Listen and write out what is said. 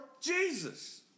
Jesus